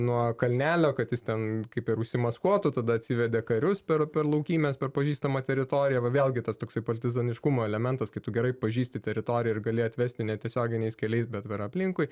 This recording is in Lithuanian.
nuo kalnelio kad jis ten kaip ir užsimaskuotų tada atsivedė karius per per laukymes per pažįstamą teritoriją va vėlgi tas toksai partizaniškumo elementas kai tu gerai pažįsti teritoriją ir gali atvesti netiesioginiais keliais bet per aplinkui